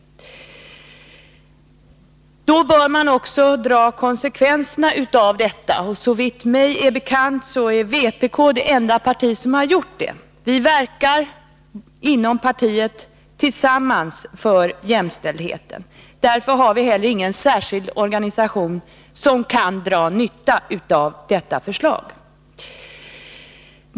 Då bör man också dra konsekvenserna av detta, och såvitt mig är bekant är vpk det enda parti som har gjort det. Vi verkar inom partiet tillsammans för jämställdheten. Därför har vi heller ingen särskild organisation som kan dra nytta av detta förslag.